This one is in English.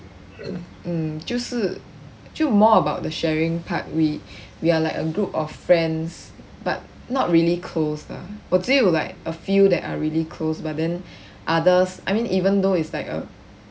mm 就是就 more about the sharing part we we are like a group of friends but not really close lah 我只有 like a few that are really close but then others I mean even though it's like a